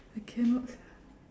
I cannot sia